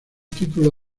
título